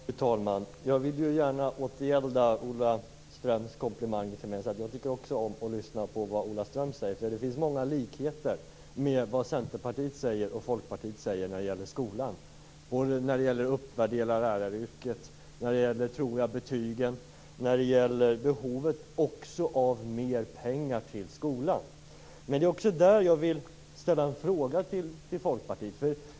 Fru talman! Jag vill gärna återgälda Ola Ströms komplimanger till mig. Jag tycker också om att lyssna på vad Ola Ström säger. Det finns många likheter mellan vad Centerpartiet säger och vad Folkpartiet säger om skolan när det gäller att uppvärdera läraryrket, betygen och också behovet av mer pengar till skolan. Men det är också där jag vill ställa en fråga till Folkpartiet.